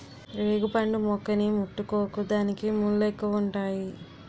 రేగుపండు మొక్కని ముట్టుకోకు దానికి ముల్లెక్కువుంతాయి